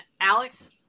Alex